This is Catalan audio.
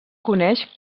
coneix